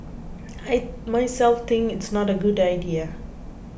I myself think it's not a good idea